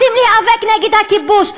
כולם רוצים להיאבק נגד הכיבוש,